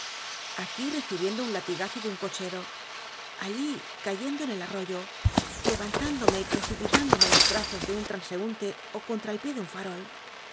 aquí recibiendo un latigazo de un cochcl'o allí cayendo en el arroyo lcnmtüntlomc y pl'ctipit indome en los brazos tic un transeunte ó conua el pié de un transeúnte ó contra el pie de un farol